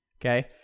Okay